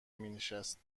مینشست